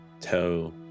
tell